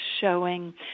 showing